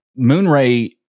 Moonray